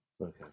Okay